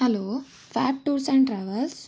hello fab tours and travels